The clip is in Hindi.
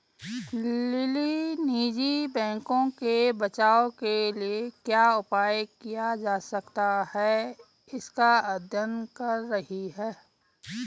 लिली निजी बैंकों के बचाव के लिए क्या उपाय किया जा सकता है इसका अध्ययन कर रही है